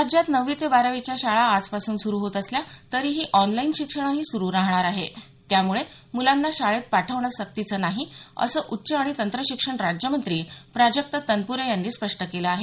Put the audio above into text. राज्यात नववी ते बारावीच्या शाळा आजपासून सुरू होत असल्या तरीही ऑनलाईन शिक्षणही सुरू राहणार आहे त्यामुळे मुलांना शाळेत पाठवणं सक्तीचं नाही असं उच्च आणि तंत्रशिक्षण राज्यमंत्री प्राजक्त तनपूरे यांनी स्पष्ट केलं आहे